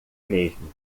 mesmo